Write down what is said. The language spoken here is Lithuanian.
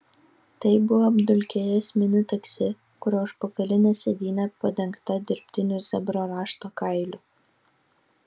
tai buvo apdulkėjęs mini taksi kurio užpakalinė sėdynė padengta dirbtiniu zebro rašto kailiu